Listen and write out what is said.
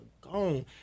gone